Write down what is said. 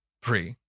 Pre